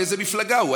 מאיזו מפלגה הוא?